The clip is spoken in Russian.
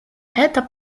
это